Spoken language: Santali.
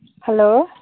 ᱦᱮᱞᱳ